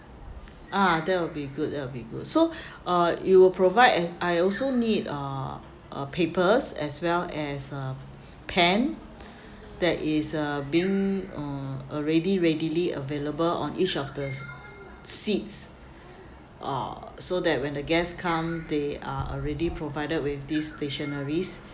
ah that will be good that will be good so uh you will provide and I also need uh uh papers as well as uh pen that is uh been or already readily available on each of the seats uh so that when the guests come they are already provided with these stationeries